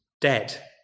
dead